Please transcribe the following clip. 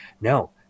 No